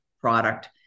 product